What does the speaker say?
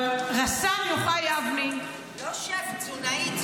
אבל רס"ר יוחאי אבני -- לא שף, תזונאי.